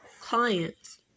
clients